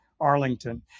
Arlington